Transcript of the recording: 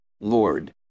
Lord